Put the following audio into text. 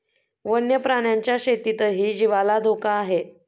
वन्य प्राण्यांच्या शेतीतही जीवाला धोका आहे